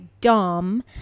Dom